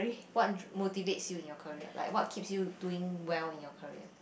what dr~ motivates you in your career like what keeps you doing well in your career